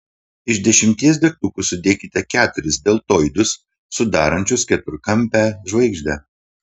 iš dešimties degtukų sudėkite keturis deltoidus sudarančius keturkampę žvaigždę